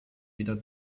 wieder